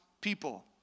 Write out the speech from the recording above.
people